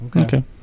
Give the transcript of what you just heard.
Okay